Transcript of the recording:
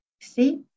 See